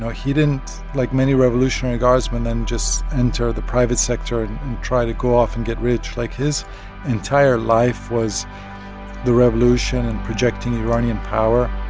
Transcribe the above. ah he didn't like many revolutionary guardsmen then just enter the private sector and try to go off and get rich. like, his entire life was the revolution and projecting iranian power